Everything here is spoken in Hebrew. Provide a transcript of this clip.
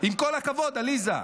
עם כל הכבוד, עליזה.